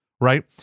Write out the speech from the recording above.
right